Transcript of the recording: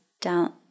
down